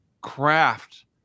craft